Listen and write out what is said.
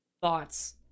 thoughts